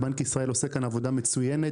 בנק ישראל עושה כאן עבודה מצוינת.